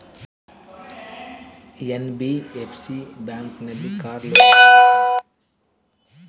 NBFC ಬ್ಯಾಂಕಿನಲ್ಲಿ car loan ಸಿಗುತ್ತಾ?